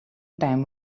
time